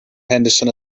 henderson